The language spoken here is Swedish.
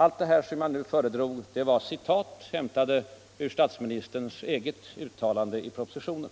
Alla de bedömningar som jag nu föredragit är hämtade ur statsministerns eget uttalande i propositionen.